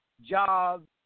jobs